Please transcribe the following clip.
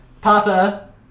Papa